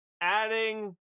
adding